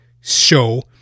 show